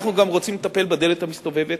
אנחנו גם רוצים לטפל בדלת המסתובבת.